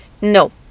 No